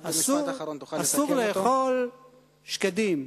אסור לאכול שקדים,